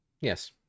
Yes